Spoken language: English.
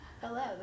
Hello